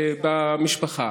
במשפחה.